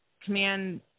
command